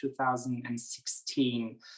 2016